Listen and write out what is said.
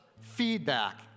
feedback